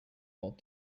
walt